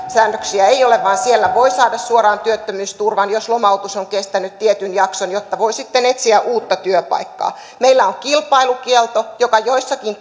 säännöksiä ei ole vaan siellä voi saada suoraan työttömyysturvan jos lomautus on kestänyt tietyn jakson jotta voi sitten etsiä uutta työpaikkaa meillä on kilpailukielto joka joissakin